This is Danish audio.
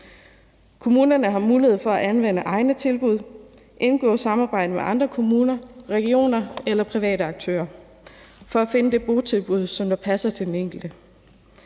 Kommunerne har mulighed for at anvende egne tilbud eller indgå samarbejde med andre kommuner, regioner eller private aktører for at finde det botilbud, som passer til den enkelte.